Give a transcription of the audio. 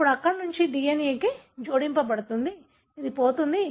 ఇప్పుడు ఇక్కడి నుండి ఇక్కడికి DNA జోడించబడుతుంది ఇది పోతుంది